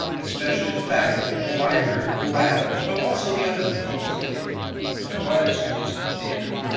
especially the faculty, the library, the labs, but also the other components of yale from athletics to music to theater.